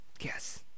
Yes